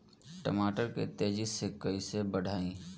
टमाटर के तेजी से कइसे बढ़ाई?